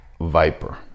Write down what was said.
viper